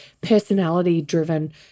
personality-driven